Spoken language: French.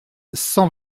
cent